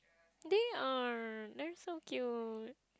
they are they're so cute